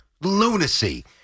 lunacy